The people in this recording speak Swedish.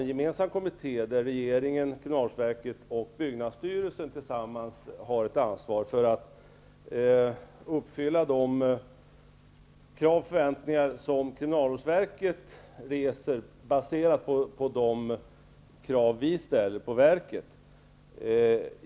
I denna kommitté har regeringen, kriminalvårdsverket och byggnadsstyrelsen ett gemensamt ansvar för att uppfylla de krav och förväntningar som kriminalvårdsverket reser, baserat på de krav vi ställer på verket.